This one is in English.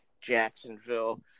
Jacksonville